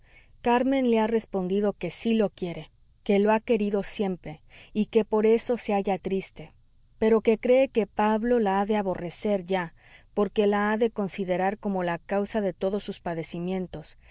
carmen le ha respondido que sí lo quiere que lo ha querido siempre y que por eso se halla triste pero que cree que pablo la ha de aborrecer ya porque la ha de considerar como la causa de todos sus padecimientos